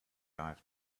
i’ve